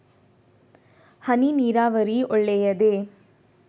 ಹನಿ ನೀರಾವರಿ ಒಳ್ಳೆಯದೇ?